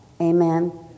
Amen